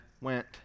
went